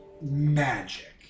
magic